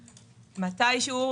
מתישהו,